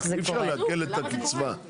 אפילו לפושעים הכי גדולים נותנים פה חנינות,